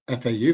FAU